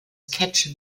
catch